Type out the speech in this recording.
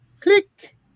click